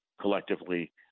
collectively